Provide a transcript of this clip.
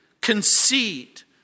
conceit